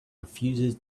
refuses